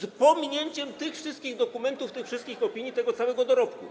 z pominięciem tych wszystkich dokumentów, tych wszystkich opinii, tego całego dorobku.